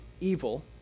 evil